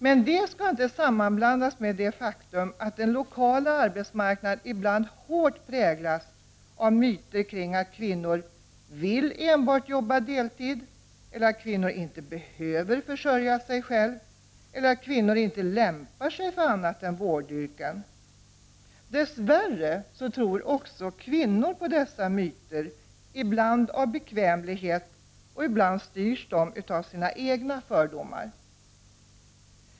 Men det skall inte sammanblandas med det faktum att den lokala arbetsmarknaden ibland starkt präglas av myter om att kvinnor enbart ”vill” jobba deltid eller att kvinnor inte ”behöver” försörja sig själva eller att kvinnor inte ”lämpar sig” för annat än vårdyrken. Dess värre tror också kvinnor på dessa myter, ibland av bekvämlighetsskäl. Ibland styrs de av sina egna fördomar.